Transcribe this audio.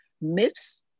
myths